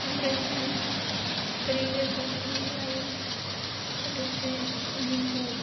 थाम रोजा ब्रैरोजा गाहाम लायो लोगोसे बिखौ